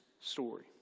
story